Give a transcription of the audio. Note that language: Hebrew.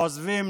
עוזבים,